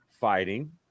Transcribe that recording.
fighting